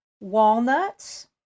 walnuts